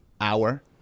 hour